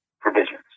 provisions